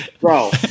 bro